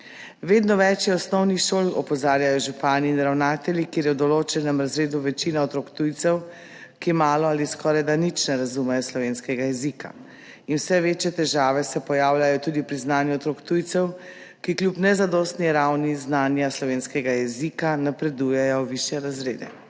Vedno več je osnovnih šol, opozarjajo župani in ravnatelji, kjer je v določenem razredu večina otrok tujcev, ki malo ali skorajda nič ne razumejo slovenskega jezika, in vse večje težave se pojavljajo tudi pri znanju otrok tujcev, ki kljub nezadostni ravni znanja slovenskega jezika napredujejo v višje razrede.